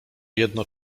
jedno